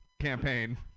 campaign